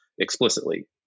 explicitly